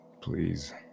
please